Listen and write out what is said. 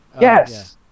Yes